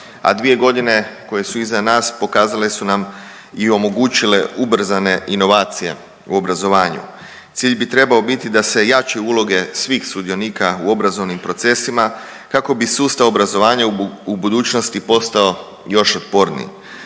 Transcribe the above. a 2 godine koje su iza nas pokazale su nam i omogućile ubrzane inovacije u obrazovanju. Cilj bi trebao biti da se jačaju uloge svih sudionika u obrazovnim procesima kako bi sustav obrazovanja u budućnosti postao još otporniji.